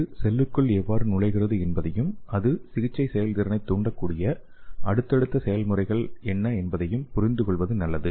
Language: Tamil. இது செல்லுக்குள் எவ்வாறு நுழைகிறது என்பதையும் அது சிகிச்சை செயல்திறனைத் தூண்டக்கூடிய அடுத்தடுத்த செயல்முறைகள் என்ன என்பதையும் புரிந்துகொள்வது நல்லது